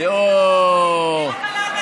לא על זה.